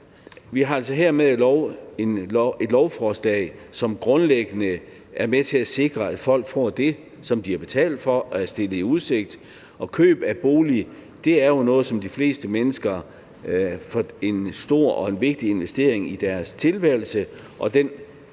Vi har altså her at gøre med et lovforslag, som grundlæggende er med til at sikre, at folk får det, som de har betalt for og er blevet stillet i udsigt, og køb af bolig er jo noget, som for de fleste mennesker er en stor og vigtig investering i deres tilværelse,